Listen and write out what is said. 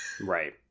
Right